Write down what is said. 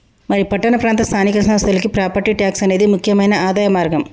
మరి పట్టణ ప్రాంత స్థానిక సంస్థలకి ప్రాపట్టి ట్యాక్స్ అనేది ముక్యమైన ఆదాయ మార్గం